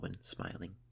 smiling